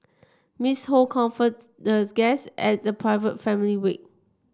Miss Ho comforted the guests at the private family wake